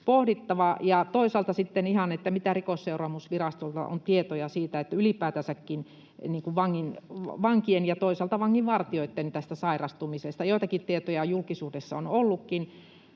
mitä tietoja Rikosseuraamusvirastolla on ylipäätänsäkin vankien ja toisaalta vanginvartijoitten sairastumisesta? Joitakin tietoja julkisuudessa on ollutkin.